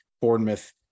Bournemouth